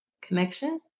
Connection